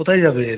কোথায় যাবেন